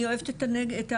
אני אוהבת את המדבר.